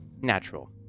natural